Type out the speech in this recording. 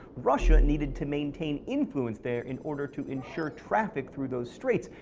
russia needed to maintain influence there in order to ensure traffic through those straits,